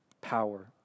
power